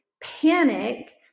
panic